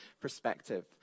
perspective